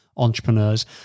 entrepreneurs